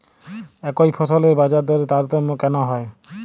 একই ফসলের বাজারদরে তারতম্য কেন হয়?